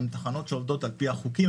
הן תחנות שעובדות על פי החוקים,